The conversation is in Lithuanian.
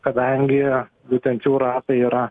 kadangi būtent jų ratai yra